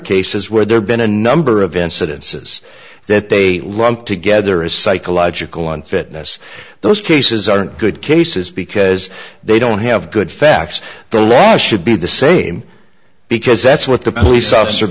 cases where there have been a number of incidences that they lumped together as psychological unfitness those cases aren't good cases because they don't have good facts the last should be the same because that's what the police officer